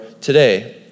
today